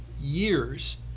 years